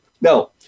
No